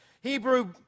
Hebrew